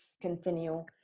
continue